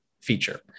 feature